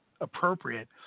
appropriate